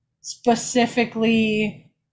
specifically